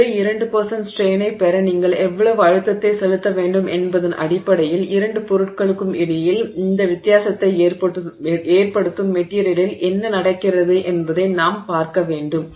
ஒரே 2 ஸ்ட்ரெய்னைப் பெற நீங்கள் எவ்வளவு அழுத்தத்தைச் செலுத்த வேண்டும் என்பதன் அடிப்படையில் இரண்டு பொருட்களுக்கும் இடையில் இந்த வித்தியாசத்தை ஏற்படுத்தும் மெட்டிரியலில் என்ன நடக்கிறது என்பதை நாம் பார்க்க வேண்டும்